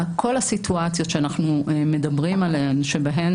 כל הסיטואציות שאנחנו מדברים עליהן שבהן